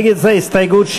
ההסתייגות,